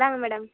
இந்தாங்க மேடம்